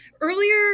Earlier